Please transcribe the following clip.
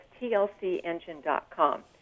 TLCEngine.com